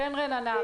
כן רננה,